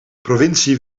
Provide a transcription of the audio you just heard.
provincie